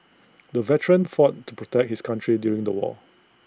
the veteran fought to protect his country during the war